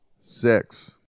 six